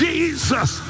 Jesus